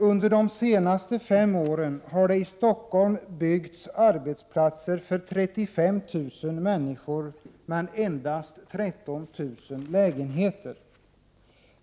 Under de senaste fem åren har det i Stockholm byggts arbetsplatser för 35 000 människor men endast 13 000 lägenheter.